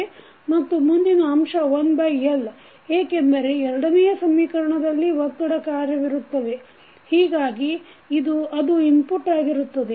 ಮತ್ತು ಮುಂದಿನ ಅಂಶ 1L ಏಕೆಂದರೆ ಎರಡನೆಯ ಸಮೀಕರಣರಲ್ಲಿ ಒತ್ತಡ ಕಾರ್ಯವಿರುತ್ತದೆ ಹೀಗಾಗಿ ಅದು ಇನ್ಪುಟ್ ಆಗಿರುತ್ತದೆ